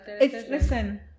listen